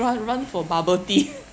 ru~ run for bubble tea